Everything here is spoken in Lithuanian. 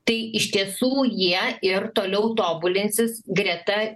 tai iš tiesų jie ir toliau tobulinsis greta